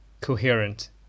coherent